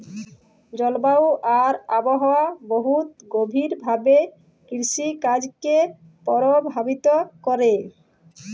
জলবায়ু আর আবহাওয়া বহুত গভীর ভাবে কিরসিকাজকে পরভাবিত ক্যরে